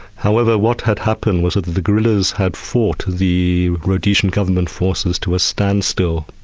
however, what had happened was that the guerrillas had fought the rhodesian government forces to a standstill.